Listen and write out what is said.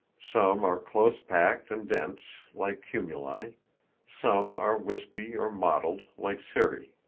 some are close-packed and dense, like cumuli some are wispy or mottled, like cirri.